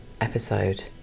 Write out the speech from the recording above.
episode